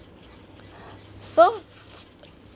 so